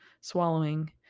swallowing